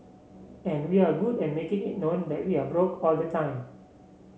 and we're good at making it known that we are broke all the time